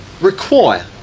require